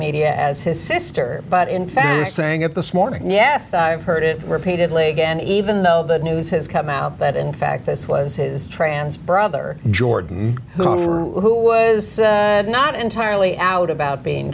media as his sister but in fact is saying at this morning yes i've heard it repeatedly again even though the news has come out that in fact this was his trans brother jordan who was not entirely out about being